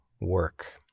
work